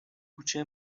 کوچه